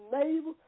neighbor